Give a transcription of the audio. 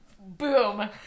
Boom